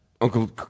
Uncle